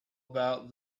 about